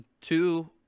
Two